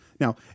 Now